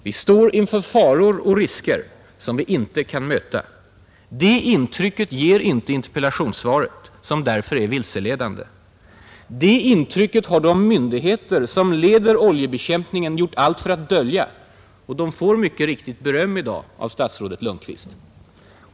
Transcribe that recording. Vi står nu inför faror och risker som vi inte kan möta. Det intrycket ger inte interpellationssvaret, som därför är vilseledande. Det intrycket har de myndigheter, som leder oljebekämpningen, gjort allt för att dölja, och de får mycket riktigt beröm i dag av statsrådet Lundkvist.